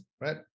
right